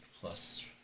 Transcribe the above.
plus